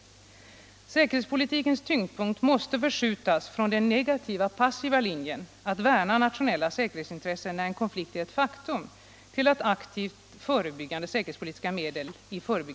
Säkerhetspolitikens tyngdpunkt måste förskjutas från den negativa, passiva linjen att värna nationella säkerhetsintressen när en konflikt är ett faktum till aktivt förebyggande säkerhetspolitiska medel.